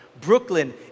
Brooklyn